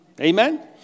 Amen